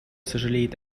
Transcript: сожалеет